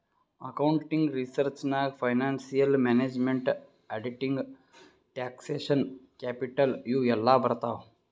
accounting research ನಾಗ್ financial management, auditing, taxation, capital ಇವು ಎಲ್ಲಾ ಬರ್ತಾವ್